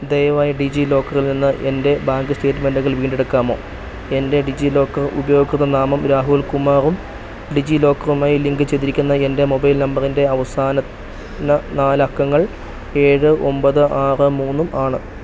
ദയവായി ഡിജി ലോക്കറിൽ നിന്ന് എൻ്റെ ബാങ്ക് സ്റ്റേറ്റ്മെൻറ്റുകൾ വീണ്ടെടുക്കാമോ എൻ്റെ ഡിജി ലോക്കർ ഉപയോക്തൃനാമം രാഹുൽ കുമാറും ഡിജി ലോക്കറുമായി ലിങ്ക് ചെയ്തിരിക്കുന്ന എൻ്റെ മൊബൈൽ നമ്പറിൻ്റെ അവസാന നാലക്കങ്ങൾ ഏഴ് ഒമ്പത് ആറ് മൂന്നും ആണ്